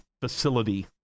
facility